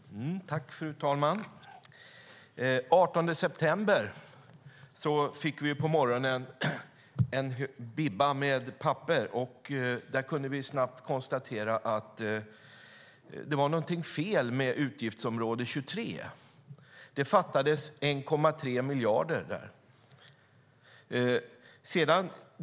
Fru talman! Den 18 september på morgonen fick vi en bibba med papper, och där kunde vi snabbt konstatera att det var något fel med utgiftsområde 23. Där fattades 1,3 miljarder.